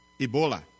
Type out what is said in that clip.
Ebola